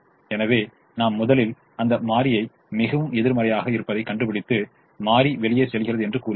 எனவே நாம் முதலில் அந்த மாறியை மிகவும் எதிர்மறையாகக் இருப்பதை கண்டுபிடித்து மாறி வெளியே செல்கிறது என்று கூறுகிறோம்